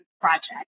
project